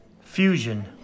Fusion